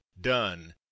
done